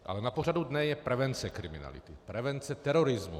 Ale na pořadu dne je prevence kriminality, prevence terorismu.